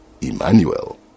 Emmanuel